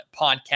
Podcast